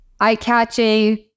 eye-catching